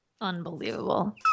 Unbelievable